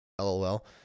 LOL